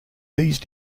these